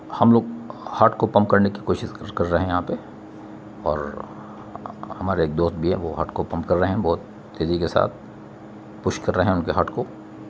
ہم لوگ ہاٹ کو پمپ کرنے کی کوشش کر رہے ہیں یہاں پہ اور ہمارے ایک دوست بھی ہیں وہ ہاٹ کو پمپ کر رہے ہیں بہت تیزی کے ساتھ پش کر رہے ہیں ان کے ہاٹ کو